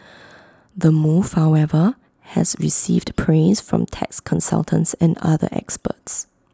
the move however has received praise from tax consultants and other experts